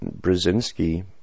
Brzezinski